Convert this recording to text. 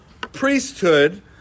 priesthood